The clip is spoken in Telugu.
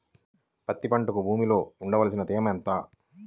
పత్తి పంటకు భూమిలో ఉండవలసిన తేమ ఎంత?